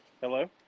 Hello